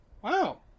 Wow